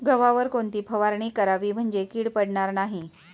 गव्हावर कोणती फवारणी करावी म्हणजे कीड पडणार नाही?